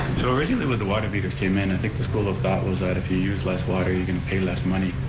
so originally when the water meters came in, i and think the school of thought was that if you use less water, you're going to pay less money.